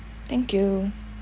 thank you